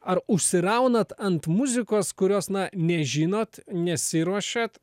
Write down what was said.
ar užsiraunat ant muzikos kurios na nežinot nesiruošiat